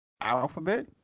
Alphabet